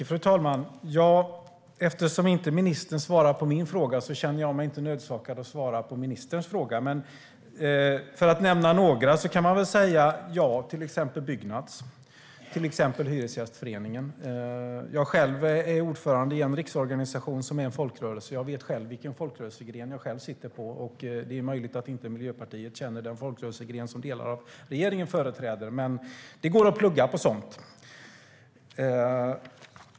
Fru talman! Eftersom ministern inte svarar på min fråga känner jag mig inte nödsakad att svara på ministerns fråga. Som exempel på organisationer kan jag nämna Byggnads och Hyresgästföreningen. Jag är själv ordförande i en riksorganisation som är en folkrörelse. Jag vet vilken folkrörelsegren jag sitter på. Det är möjligt att Miljöpartiet inte känner den folkrörelsegren som delar av regeringen företräder. Men det går att plugga på sådant.